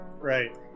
right